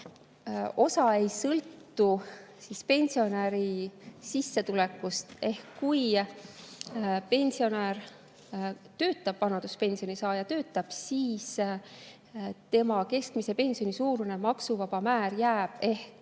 osa ei sõltu pensionäri sissetulekust. Kui pensionär töötab, vanaduspensioni saaja töötab, siis tema keskmise pensioni suurune maksuvaba määr jääb